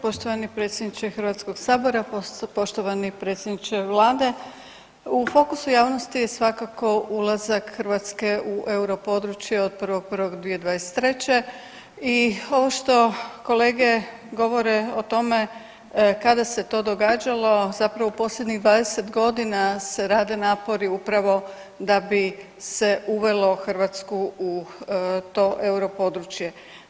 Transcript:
Poštovani predsjedniče Hrvatskog sabora, poštovani predsjedniče vlade u fokusu javnosti je svakako ulazak Hrvatske u europodručje od 1.1.2023. i ovo što kolege govore o tome kada se to događalo zapravo u posljednjih 20 godina se rade napori upravo da bi se uvelo Hrvatsku u to europodručje.